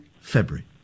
February